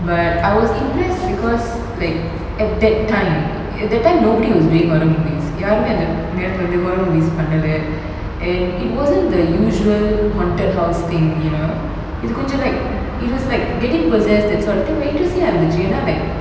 but I was impressed because like at that time at that time nobody was doing horror movies யாருமே அந்த நேரத்துல வந்த:yarume antha nerathula vantha horror movies பண்ணல:pannala and it wasn't the usual haunted house thing you know இது கொஞ்சம்:idhu konjam like it was like getting possessed that sort of the thing but interesting அ இருந்துச்சு:a irunthuchu like